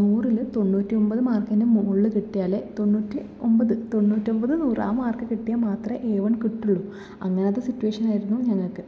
നൂറിൽ തൊണ്ണൂറ്റി ഒൻപത് മാർക്കിനും മുകളിൽ കിട്ടിയാലെ തൊണ്ണൂറ്റി ഒൻപത് തൊണ്ണൂറ്റി ഒൻപത് നൂറ് ആ മാർക്ക് കിട്ടിയാൽ മാത്രമേ എ വൺ കിട്ടുകയുള്ളു അങ്ങനത്തെ സിറ്റുവേഷൻ ആയിരുന്നു ഞങ്ങൾക്ക്